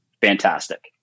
fantastic